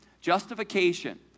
Justification